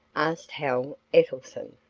asked hal ettelson.